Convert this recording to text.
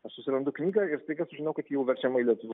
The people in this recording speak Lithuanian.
aš susirandu knygą ir staiga sužinau kad ji jau verčiama į lietuvių